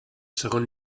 segon